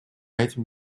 этим